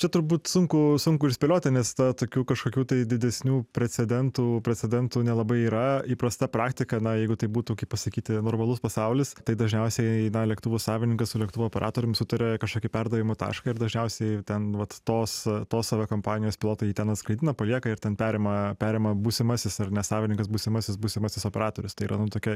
čia turbūt sunku sunku ir spėlioti nes ta tokių kažkokių tai didesnių precedentų precedentų nelabai yra įprasta praktika na jeigu tai būtų pasakyti normalus pasaulis tai dažniausiai lėktuvo savininkas su lėktuvo operatorium sutaria kažkokį perdavimo tašką ir dažniausiai ten vat tos tos kompanijos pilotai jį ten atskraidina palieka ir ten perima perima būsimasis ar ne savininkas būsimasis būsimasis operatorius tai yra nu tokia